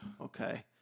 Okay